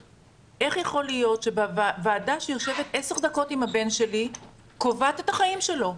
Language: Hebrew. איך יכול להיות שוועדה שיושבת עשר דקות עם הבן שלי קובעת את החיים שלו?